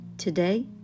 today